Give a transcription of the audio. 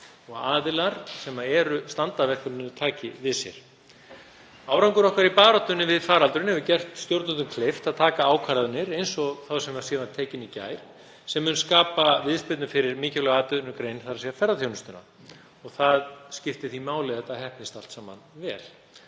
að aðilar sem standa að verkefninu taki við sér. Árangur okkar í baráttunni við faraldurinn hefur gert stjórnvöldum kleift að taka ákvarðanir eins og þá sem var tekin í gær, sem mun skapa viðspyrnu fyrir mikilvæga atvinnugrein, þ.e. ferðaþjónustuna. Það skiptir því máli að þetta heppnist allt saman vel.